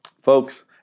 folks